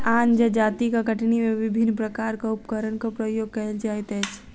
आन जजातिक कटनी मे विभिन्न प्रकारक उपकरणक प्रयोग कएल जाइत अछि